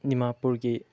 ꯗꯤꯃꯥꯄꯨꯔꯒꯤ